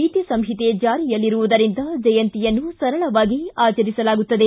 ನೀತಿ ಸಂಹಿತೆ ಜಾರಿಯಲ್ಲಿರುವುದರಿಂದ ಜಯಂತಿಯನ್ನು ಸರಳವಾಗಿ ಆಚರಿಸಲಾಗುತ್ತದೆ